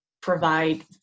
provide